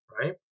right